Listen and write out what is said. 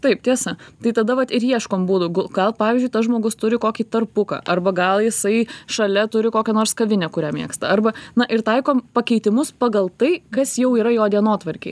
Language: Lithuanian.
taip tiesa tai tada vat ir ieškom būdų gu gal pavyzdžiui tas žmogus turi kokį tarpuką arba gal jisai šalia turi kokią nors kavinę kurią mėgsta arba na ir taikom pakeitimus pagal tai kas jau yra jo dienotvarkėj